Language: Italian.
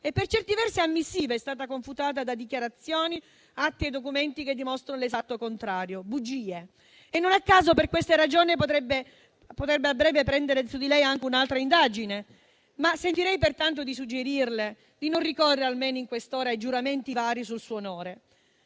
e, per certi versi, ammissiva - è stata confutata da dichiarazioni, atti e documenti che dimostrano l'esatto contrario. Bugie. Non a caso, per queste ragioni a breve potrebbe pendere su di lei anche un'altra indagine, mi sentirei pertanto di suggerirle di non ricorrere almeno in queste ore a giuramenti vari sul suo onore.